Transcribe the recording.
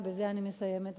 ובזה אני מסיימת,